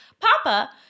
Papa